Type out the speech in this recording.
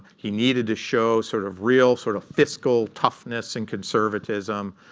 he needed to show sort of real sort of fiscal toughness and conservatism.